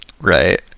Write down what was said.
Right